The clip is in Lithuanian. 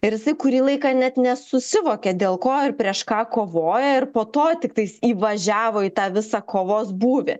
ir jisai kurį laiką net nesusivokė dėl ko ir prieš ką kovoja ir po to tiktais įvažiavo į tą visą kovos būvį